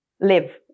live